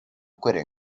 quitting